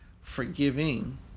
forgiving